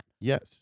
Yes